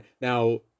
Now